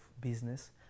business